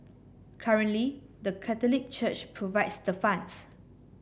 currently the Catholic Church provides the funds